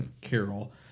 Carol